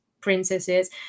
princesses